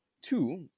Two